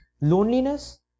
Loneliness